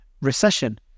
recession